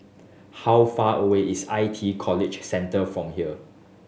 how far away is I T College Central from here